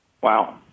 Wow